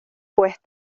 pues